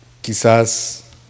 quizás